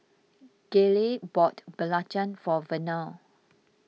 Gayle bought Belacan for Vernal